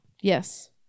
yes